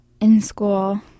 in-school